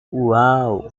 uau